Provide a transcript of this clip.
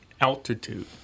altitude